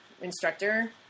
instructor